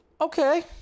Okay